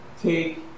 take